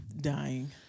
dying